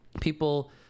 people